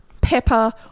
pepper